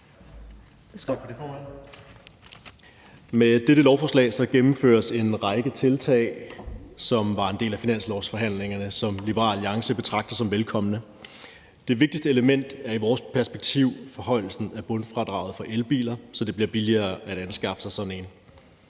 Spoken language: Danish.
Med dette lovforslag gennemføres en række tiltag, som var en del af finanslovsforhandlingerne, og som Liberal Alliance betragter som velkomne. Det vigtigste element er i vores perspektiv forhøjelsen af bundfradraget for elbiler, så det bliver billigere at anskaffe sig sådan en.